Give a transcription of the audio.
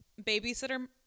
babysitter